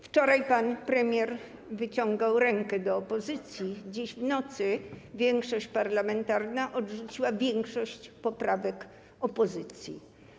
Wczoraj pan premier wyciągał rękę do opozycji, dziś w nocy większość parlamentarna odrzuciła większość poprawek opozycji.